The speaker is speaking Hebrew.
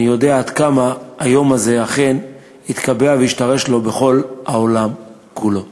ואני יודע עד כמה היום הזה אכן יתקבע וישתרש לו בכל העולם כולו.